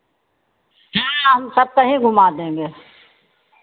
हाँ हम सब कहीं घुमा देंगे